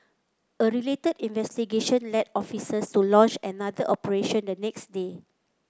a related investigation led officers to launch another operation the next day